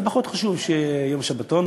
זה פחות חשוב שיהיה שבתון,